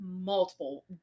multiple